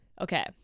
Okay